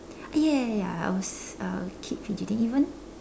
ya ya ya ya I was uh I keep fidgeting even